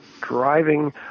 driving